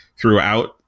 throughout